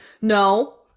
No